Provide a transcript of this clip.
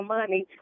money